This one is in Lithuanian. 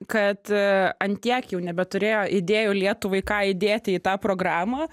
kad ant tiek jau nebeturėjo idėjų lietuvai ką įdėti į tą programą